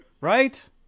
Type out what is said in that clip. right